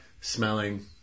Smelling